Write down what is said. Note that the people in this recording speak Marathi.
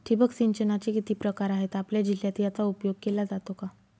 ठिबक सिंचनाचे किती प्रकार आहेत? आपल्या जिल्ह्यात याचा उपयोग केला जातो का?